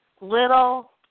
little